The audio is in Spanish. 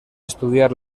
estudiar